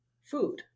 food